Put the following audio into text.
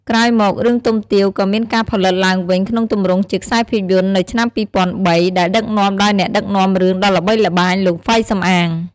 ក្រោយមក រឿងទុំទាវ ក៏មានការផលិតឡើងវិញក្នុងទម្រង់ជាខ្សែភាពយន្តនៅ ឆ្នាំ ២០០៣ ដែលដឹកនាំដោយអ្នកដឹកនាំរឿងដ៏ល្បីល្បាញ លោក ហ្វៃ សំអាង។